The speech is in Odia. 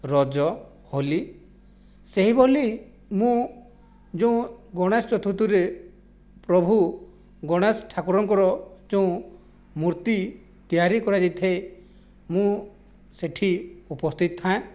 ରଜ ହୋଲି ସେହି ଭଲି ମୁଁ ଯେଉଁ ଗଣେଶ ଚତୁର୍ଥୀରେ ପ୍ରଭୁ ଗଣେଶ ଠାକୁରଙ୍କର ଯେଉଁ ମୂର୍ତ୍ତି ତିଆରି କରାଯାଇଥାଏ ମୁଁ ସେଠି ଉପସ୍ଥିତ ଥାଏଁ